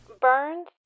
Burns